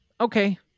okay